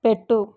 పెట్టు